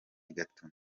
gatuna